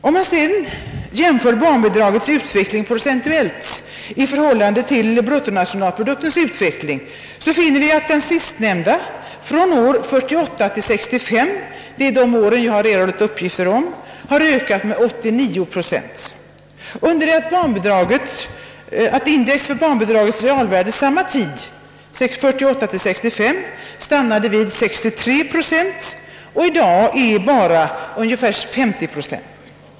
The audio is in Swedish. Om man sedan jämför barnbidragets utveckling procentuellt i förhållande till bruttonationalproduktens utveckling, finner man en ökning av bruttonationalprodukten med 89 procent från 1948 till 1965 — de år jag erhållit upp gifter om — under det att index för barnbidragets realvärde samma tid stannade vid en ökning med 63 procent, i dag bara ungefär 50 procent.